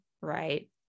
right